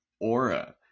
aura